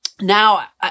now